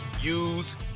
use